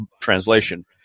Translation